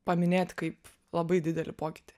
paminėt kaip labai didelį pokytį